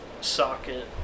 socket